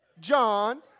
John